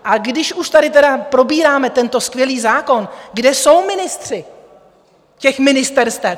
A když už tady tedy probíráme tento skvělý zákon, kde jsou ministři těch ministerstev?